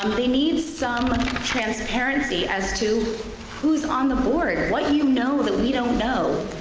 they need some transparency as to who's on the board. what you know that we don't know.